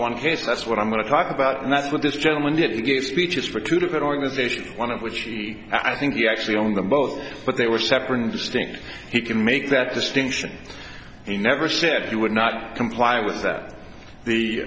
one case that's what i'm going to talk about and that's what this gentleman did give speeches for two different organizations one of which i think he actually own them both but they were separate and distinct he can make that distinction he never said he would not comply was that the